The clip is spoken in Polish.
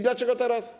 Dlaczego teraz?